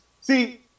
See